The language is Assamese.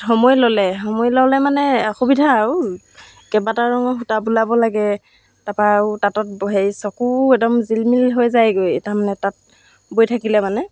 সময় ল'লে সময় ল'লে মানে অসুবিধা আৰু কেইবাটাও ৰঙৰ সূতা বুলাব লাগে তাৰপৰা আৰু তাঁতত হেৰি চকু একদম জিলমিল হৈ যায়গৈ তাৰমানে তাঁত বৈ থাকিলে মানে